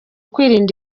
kwirinda